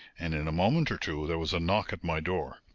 and in a moment or two there was a knock at my door.